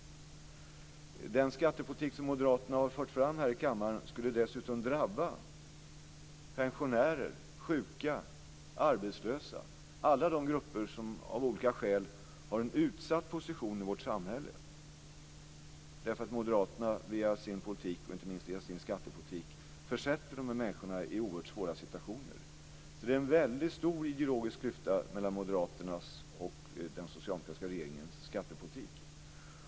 Den skattepolitik som Moderaterna har fört fram här i kammaren skulle dessutom drabba pensionärer, sjuka och arbetslösa, dvs. alla de grupper som av olika skäl har en utsatt position i vårt samhälle, därför att Moderaterna via sin politik och inte minst via sin skattepolitik försätter dessa människor i oerhört svåra situationer. Det är alltså en väldigt stor ideologisk klyfta mellan moderaternas och den socialdemokratiska regeringens skattepolitik.